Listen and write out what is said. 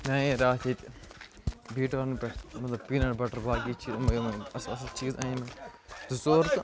مےٚ اَنے راتھ ییٚتہِ بیٖٹٲرنہٕ پٮ۪ٹھ مطلب پیٖنَٹ بَٹر باقٕے چیٖز یِمٔے یمٔے اصٕل اصٕل چیٖز اَنے مےٚ زٕ ژور تہٕ